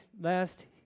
last